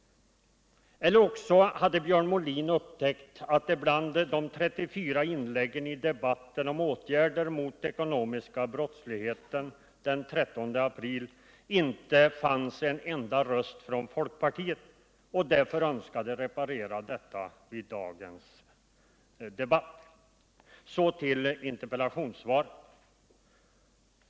Eller också hade Björn Molin kanske upptäckt att det bland de 34 inläggen i debatten den 13 april om åtgärder mot den ekonomiska brottsligheten inte fanns en enda röst från folkpartiet och därför önskade reparera detta vid dagens debatt. Så till interpellationssvaret!